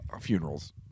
funerals